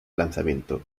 lanzamiento